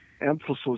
emphasis